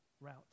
route